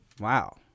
Wow